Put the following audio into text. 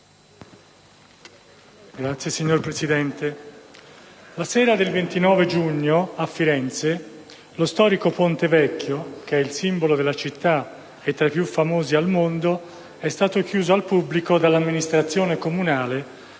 *(M5S)*. Signor Presidente, la sera del 29 giugno, a Firenze, lo storico Ponte Vecchio, che è il simbolo della città e tra i più famosi al mondo, è stato chiuso al pubblico dall'amministrazione comunale